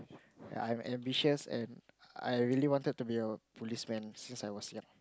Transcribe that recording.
yea I'm ambitious and I really wanted to be a policeman since I was young